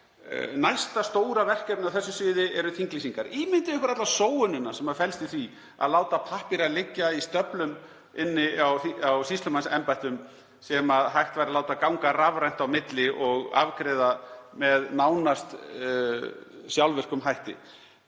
Næsta stóra verkefni á þessu sviði eru þinglýsingar. Ímyndið ykkur alla sóunina sem felst í því að láta pappíra liggja í stöflum hjá sýslumannsembættum sem hægt væri að láta ganga rafrænt á milli og afgreiða með nánast sjálfvirkum hætti.